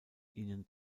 ihnen